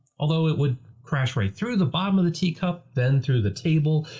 although, it would crash right through the bottom of the tea cup, then through the table,